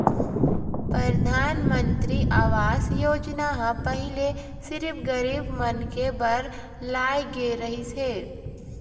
परधानमंतरी आवास योजना ह पहिली सिरिफ गरीब मनखे बर लाए गे रहिस हे